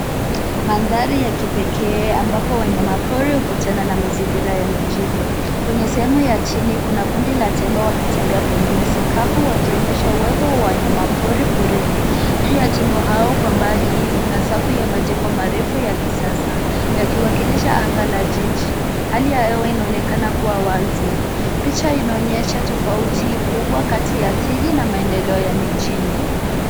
Mandhari ya kipekee ambapo wanyama pori hukutana na mazingira ya mijini. Kwenye sehemu ya chini kuna kundi la tembo wakitembea kwenye nyasi kavu wakionyesha uwepo wa wanyama pori porini. Juu ya tembo hao kwa mbali kuna safu ya majengo marefu ya kisasa yakiwakilisha anga la jiji. Hali ya hewa inaonekana kuwa wazi. Picha inaonyesha tofauti kubwa kati ya asili na maendeleo ya mijini.